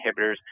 inhibitors